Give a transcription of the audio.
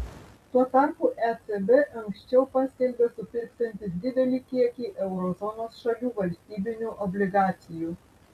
tuo tarpu ecb anksčiau paskelbė supirksiantis didelį kiekį euro zonos šalių valstybinių obligacijų